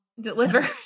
Deliver